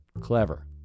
Clever